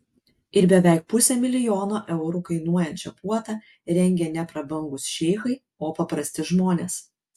ir beveik pusę milijono eurų kainuojančią puotą rengė ne prabangūs šeichai o paprasti žmonės